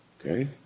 Okay